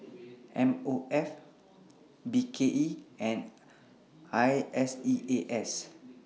M O F B K E and I S E A S